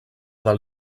del